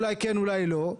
אולי כן או אולי לא,